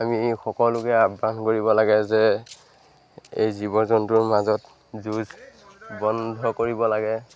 আমি সকলোকে আহ্বান কৰিব লাগে যে এই জীৱ জন্তুৰ মাজত যুঁজ বন্ধ কৰিব লাগে